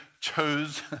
chose